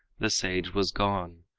the sage was gone,